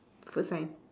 food science